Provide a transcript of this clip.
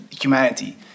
humanity